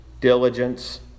diligence